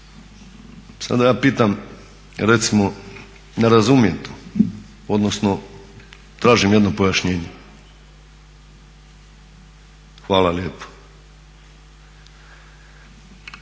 Sada ja pitam recimo ne razumijem to, odnosno tražim jedno pojašnjenje. Hvala lijepa.